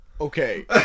Okay